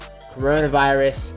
coronavirus